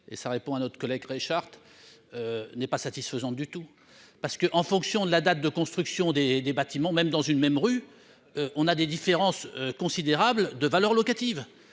et ça répond à notre collègue Richard n'est pas satisfaisante du tout parce que, en fonction de la date de construction des des bâtiments, même dans une même rue, on a des différences considérables de valeur locative,